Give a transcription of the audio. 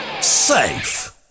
safe